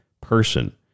person